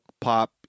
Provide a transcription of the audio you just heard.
pop